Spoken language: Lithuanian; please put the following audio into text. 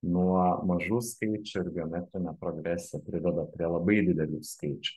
nuo mažų skaičių ir geometrinė progresija priveda prie labai didelių skaičių